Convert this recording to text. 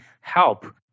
help